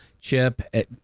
Chip